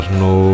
no